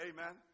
Amen